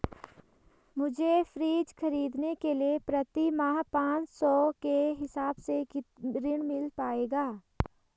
मुझे फ्रीज खरीदने के लिए प्रति माह पाँच सौ के हिसाब से ऋण मिल पाएगा?